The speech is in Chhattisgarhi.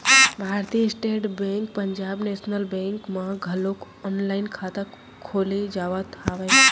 भारतीय state bank Punjab national bank म घलोक ऑनलाईन खाता खोले जावत हवय